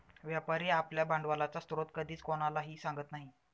व्यापारी आपल्या भांडवलाचा स्रोत कधीच कोणालाही सांगत नाही